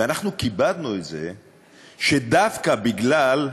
וכיבדנו את זה שדווקא בגלל,